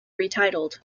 retitled